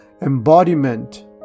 embodiment